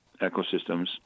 ecosystems